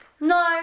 No